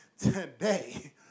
today